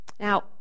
Now